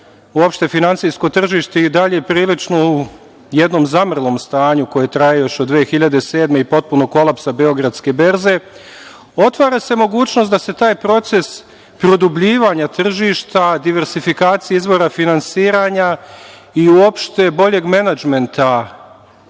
uopšte finansijsko tržište, i dalje prilično u jednom zamrlom stanju koje traje još od 2007. godine i potpunog kolapsa Beogradske berze, otvara se mogućnost da se taj proces produbljivanja tržišta, diversifikacija izvora finansiranja i uopšte boljeg menadžmenta